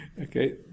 okay